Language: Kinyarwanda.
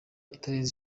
itarenze